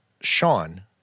Sean